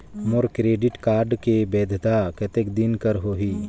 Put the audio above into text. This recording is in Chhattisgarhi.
मोर क्रेडिट कारड के वैधता कतेक दिन कर होही?